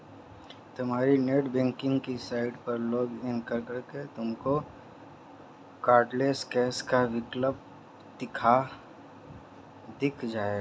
तुम्हारी नेटबैंकिंग की साइट पर लॉग इन करके तुमको कार्डलैस कैश का विकल्प दिख जाएगा